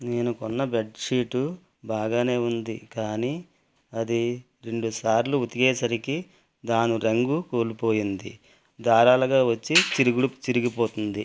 నేను కొన్న బెడ్షీటు బాగానే ఉంది కానీ అది రెండు సార్లు ఉతికేసరికి దాని రంగు కోల్పోయింది దారాలుగా వచ్చి చినిగి పోతుంది